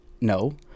no